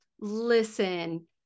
listen